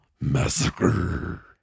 Massacre